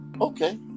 okay